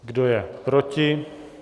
Kdo je proti?